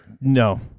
no